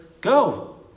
go